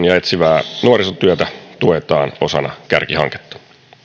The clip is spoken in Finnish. ja etsivää nuorisotyötä tuetaan osana kärkihanketta